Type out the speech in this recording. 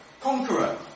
Conqueror